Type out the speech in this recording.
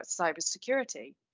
cybersecurity